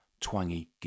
twangy